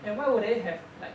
and why would they have like